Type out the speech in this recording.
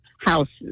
houses